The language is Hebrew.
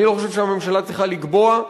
אני לא חושב שהממשלה צריכה לקבוע.